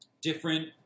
different